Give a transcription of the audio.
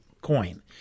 coin